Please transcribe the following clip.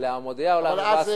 זה ל"המודיע" או, ?